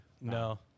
no